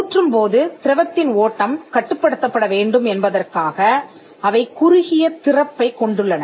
ஊற்றும்போது திரவத்தின் ஓட்டம் கட்டுப்படுத்தப்பட வேண்டும் என்பதற்காக அவை குறுகிய திறப்பைக் கொண்டுள்ளன